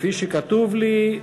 כפי שכתוב לי,